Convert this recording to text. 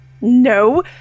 No